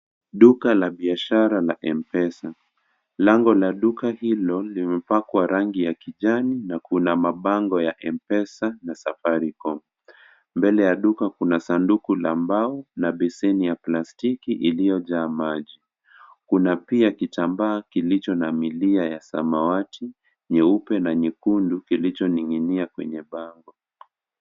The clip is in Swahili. Duka la biashara la mpeza. Lango la duka hilo limepakwa rangi ya kijani na kuna mabango ya Mpesa na Safaricom. Mbele ya duka kuna sanduku la mbao na beseni ya plastiki iliyojaa maji. Kuna pia kitambaa kilicho na milia ya samawati, nyeupe na nyekundu kilichoning'inia kwenye bango.